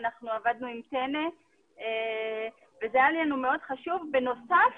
אנחנו עבדנו עם טנ"א וזה היה לנו מאוד חשוב בנוסף